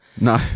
No